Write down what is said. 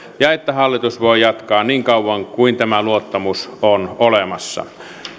ja että hallitus voi jatkaa niin kauan kuin tämä luottamus on olemassa